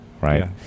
Right